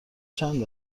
چند